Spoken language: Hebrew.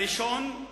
הראשון,